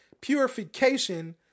purification